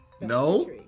No